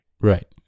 Right